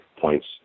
points